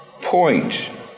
point